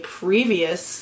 previous